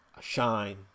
shine